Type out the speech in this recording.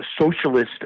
socialist